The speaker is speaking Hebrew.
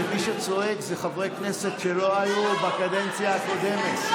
שמי שצועק זה חברי כנסת שלא היו בקדנציה הקודמת.